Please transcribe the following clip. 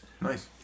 Nice